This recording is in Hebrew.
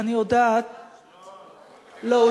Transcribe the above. אני יודעת, לא.